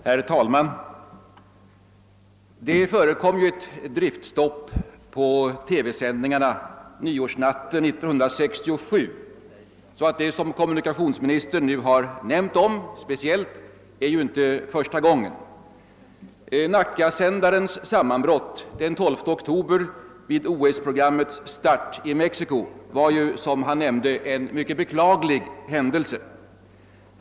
Herr talman! Det förekom ju ett driftstopp i TV-sändningarna nyårsnatten 1967. Den driftstörning som kommunikationsministern nu speciellt omnämnt är alltså inte den första. Nackasändarens sammanbrott den 12 oktober vid starten för OS-programmet från Mexico var emellertid, som kommunikationsministern säger, en mycket beklaglig händelse.